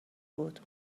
بود